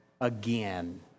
again